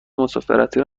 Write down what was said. مسافرتی